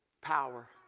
power